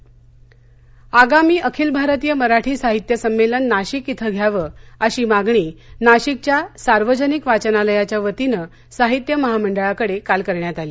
अधिवेशन नाशिक आगामी अखिल भारतीय मराठी साहित्य संमेलन नाशिक इथं घ्यावं अशी मागणी नाशिकच्या सार्वजनिक वाचनालयाच्या वतीनं साहित्य महामंडळाकडे काल करण्यात आली